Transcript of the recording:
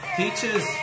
teachers